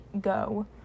go